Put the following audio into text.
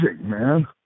man